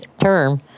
term